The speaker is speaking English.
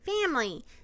family